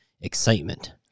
excitement